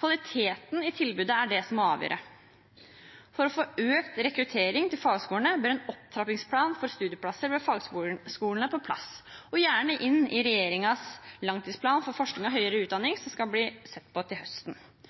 Kvaliteten i tilbudet er det som må avgjøre. For å få økt rekruttering til fagskolene bør en opptrappingsplan for studieplasser ved fagskolene på plass – og gjerne inn i regjeringens langtidsplan for forskning og høyere utdanning, som skal ses på til høsten.